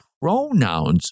pronouns